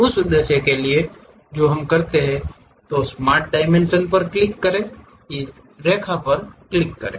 उस उद्देश्य के लिए जो हम करते हैं स्मार्ट डायमेंशन पर क्लिक करें इस रेखा पर क्लिक करें